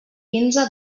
quinze